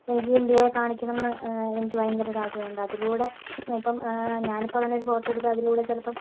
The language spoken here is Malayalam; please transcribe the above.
എനിക്ക് ഇന്ത്യയെ കാണിക്കണം എന്നു എനിക്ക് ഭയങ്കര ഒരു ആഗ്രഹമുണ്ട് അതിലൂടെ ഇപ്പം ഞാനിപ്പോൾ അങ്ങനെയൊരു ഒരു ഫോട്ടോയെടുത്ത് അതിലൂടെ ചിലപ്പം